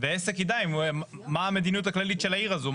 ועסק ידע מה המדיניות הכללית של העיר הזאת.